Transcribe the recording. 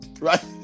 right